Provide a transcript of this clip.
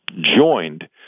joined